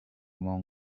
monk